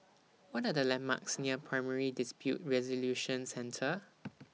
What Are The landmarks near Primary Dispute Resolution Centre